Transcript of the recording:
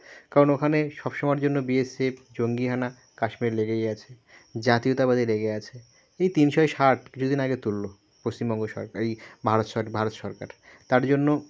কারণ ওখানে সব সময়ের জন্য বি এস এফ জঙ্গি হানা কাশ্মীরে লেগেই আছে জাতীয়তাবাদে লেগে আছে এই তিনশো ষাট দু দিন আগে তুললো পশ্চিমবঙ্গ সরকার এই ভারত সর ভারত সরকার তার জন্য